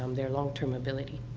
um their long-term ability,